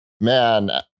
man